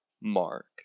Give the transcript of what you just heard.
mark